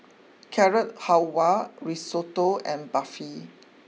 Carrot Halwa Risotto and Barfi